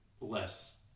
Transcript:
less